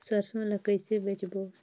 सरसो ला कइसे बेचबो?